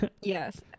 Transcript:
Yes